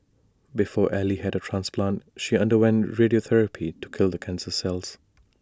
before ally had A transplant she underwent radiotherapy to kill the cancer cells